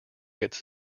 its